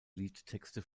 liedtexte